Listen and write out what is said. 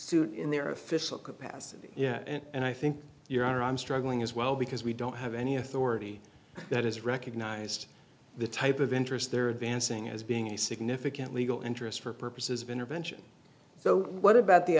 suit in their official capacity yeah and i think your honor i'm struggling as well because we don't have any authority that is recognized the type of interest they're advancing as being a significant legal interest for purposes of intervention so what about the